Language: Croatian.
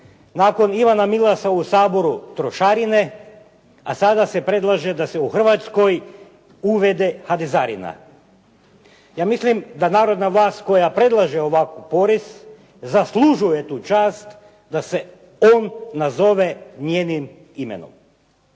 nakon Ivana Milasa u Saboru trošarine a sada se predlaže da se u Hrvatskoj uvede hadezarina. Ja mislim da narodna vlast koja predlaže ovakav porez zaslužuje tu čast da se on nazove njenim imenom.